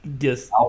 Yes